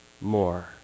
more